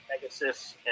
Pegasus